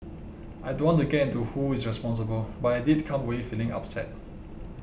I don't want to get into who is responsible but I did come away feeling upset